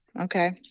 Okay